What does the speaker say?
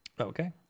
Okay